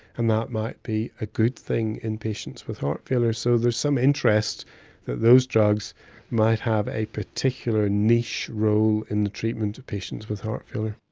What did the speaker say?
and that might be a good thing in patients with heart failure. so there is some interest that those drugs might have a particular niche role in the treatment of patients with heart failure.